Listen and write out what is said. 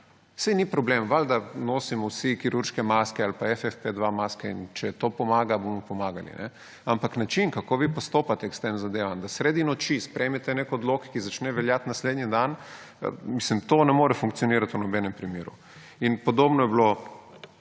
Saj ni problem, valjda, nosimo vsi kirurške maske ali pa FFP2 meske in če to pomaga, bomo pomagali. Ampak način, kako vi postopate s tem zadevam, da sredi noči sprejmete nek odlok, ki začne veljati naslednji dan – mislim, to ne more funkcionirati v nobenem primeru. Podobno je bilo